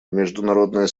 международное